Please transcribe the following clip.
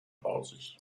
borsig